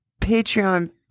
Patreon